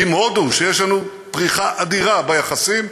עם הודו, שיש לנו פריחה אדירה ביחסים,